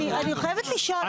אני חייבת לשאול,